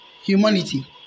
humanity